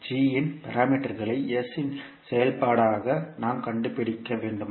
G இன் பாராமீட்டர்களை s இன் செயல்பாடாக நாம் கண்டுபிடிக்க வேண்டுமா